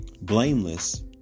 blameless